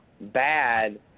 bad